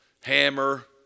hammer